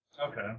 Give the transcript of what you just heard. Okay